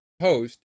host